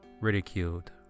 ridiculed